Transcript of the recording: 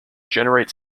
generate